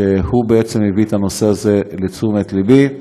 שהוא בעצם הביא את הנושא הזה לתשומת לבי,